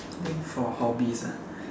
think for hobbies ah